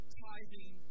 tithing